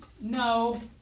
no